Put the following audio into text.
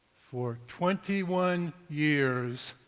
for twenty one years,